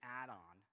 add-on